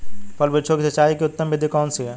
फल वृक्षों की सिंचाई की उत्तम विधि कौन सी है?